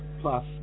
Plus